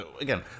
again